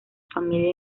familia